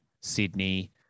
Sydney